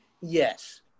Yes